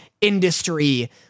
industry